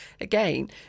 again